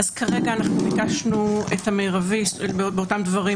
כרגע ביקשנו את המרבי באותם דברים,